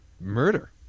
murder